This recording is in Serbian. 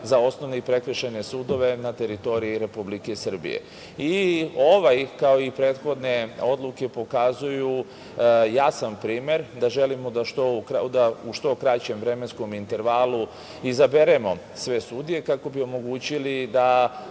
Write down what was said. za osnovne i prekršajne sudove na teritoriji Republike Srbije. Ovaj kao i prethodne odluke pokazuju jasan primer da želimo da u što kraćem vremenskom intervalu izaberemo sve sudije kako bi omogućili da